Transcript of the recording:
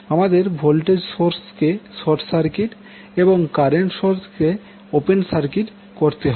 আমাদের ভোল্টেজ সোর্সকে short circuit এবং কারেন্ট সোর্সকে ওপেন করতে হবে